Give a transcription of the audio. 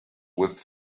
with